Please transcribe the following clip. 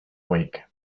week